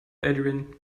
adrian